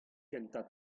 kentañ